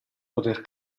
poter